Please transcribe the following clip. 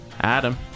Adam